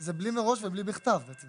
זה בלי "מראש" ובלי "בכתב", בעצם.